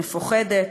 מפוחדת,